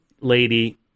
lady